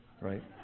right